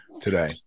today